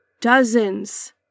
dozens